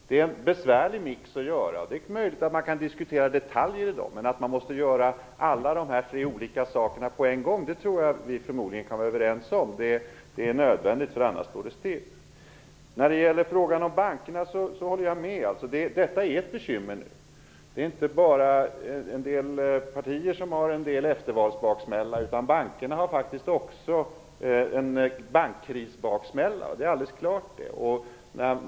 Det är en besvärlig mix att göra, och det är möjligt att man kan diskutera detaljer i den, men att man måste göra alla de här tre sakerna på en gång, kan vi förmodligen vara överens om. Det är nödvändigt, för annars står det still. I fråga om bankerna håller jag med. Det är inte bara en del partier som har eftervalsbaksmälla, utan det är alldeles klart att bankerna har bankkrisbaksmälla.